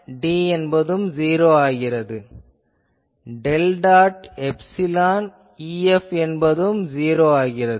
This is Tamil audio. ஆதலால் டெல் டாட் எப்சிலான் EF என்பதும் '0' ஆகிறது